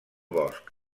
bosc